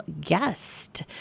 guest